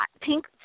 Pink